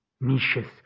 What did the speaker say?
niches